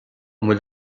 bhfuil